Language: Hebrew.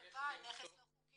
לא נותנים הלוואה אם נכס לא חוקי.